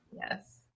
Yes